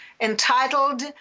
entitled